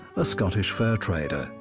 a scottish fur trader.